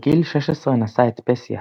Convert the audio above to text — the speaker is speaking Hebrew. בגיל 16 נשא את פסיה,